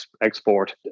export